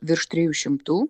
virš trijų šimtų